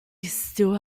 still